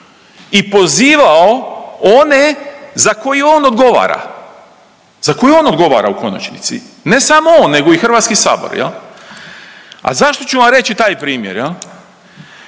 i pozivao one za koje on odgovara, za koje on odgovara u konačnici, ne samo on nego i Hrvatski sabor. A zašto ću vam reći taj primjer?